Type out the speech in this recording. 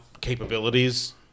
capabilities